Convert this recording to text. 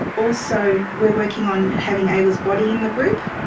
also we are working on having ayla's body in the group.